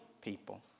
people